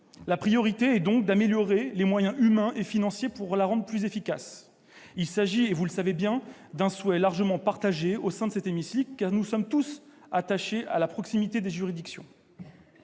La priorité est donc d'améliorer les moyens humains et financiers pour la rendre plus efficace. Il s'agit, et vous le savez, d'un souhait largement partagé au sein de cet hémicycle, car nous sommes tous attachés à la proximité des juridictions.